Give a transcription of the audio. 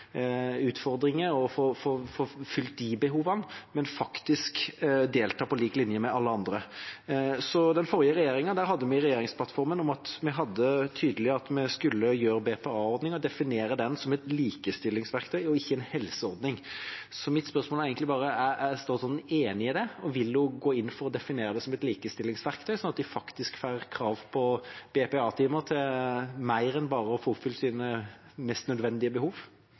på lik linje med alle andre. I den forrige regjeringas regjeringsplattform sto det tydelig at vi skulle definere BPA-ordningen som et likestillingsverktøy og ikke som en helseordning. Så mitt spørsmål er egentlig bare: Er statsråden enig i det? Vil hun gå inn for å definere BPA som et likestillingsverktøy, sånn at man faktisk har krav på BPA-timer til mer enn bare å få oppfylt sine mest nødvendige behov?